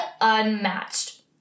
unmatched